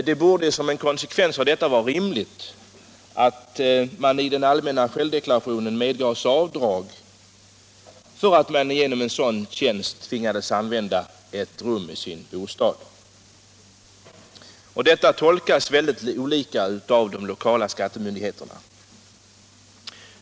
Det borde, som en konsekvens av detta, vara rimligt att det i den allmänna självdeklarationen medgavs avdrag för att man genom en sådan tjänst tvingas använda ett rum i sin bostad. Detta tolkas olika av de lokala skattemyndigheterna.